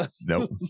Nope